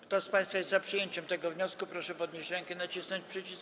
Kto z państwa jest za przyjęciem tego wniosku, proszę podnieść rękę i nacisnąć przycisk.